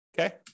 Okay